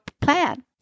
plan